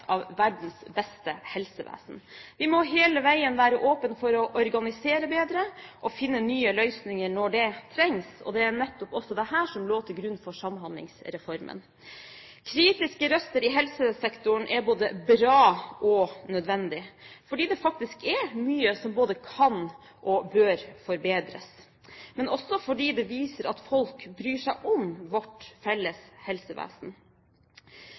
av verdens beste helsevesen. Vi må hele veien være åpne for å organisere bedre og finne nye løsninger når det trengs. Det er nettopp også dette som lå til grunn for Samhandlingsreformen. Kritiske røster i helsesektoren er både bra og nødvendig, fordi det faktisk er mye som både kan og bør forbedres, men også fordi det viser at folk bryr seg om vårt felles helsevesen.